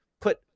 put